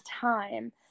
time